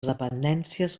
dependències